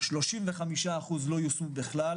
35% לא יושמו בכלל